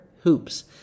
hoops